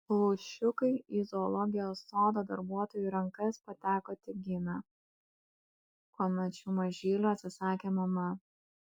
lūšiukai į zoologijos sodo darbuotojų rankas pateko tik gimę kuomet šių mažylių atsisakė mama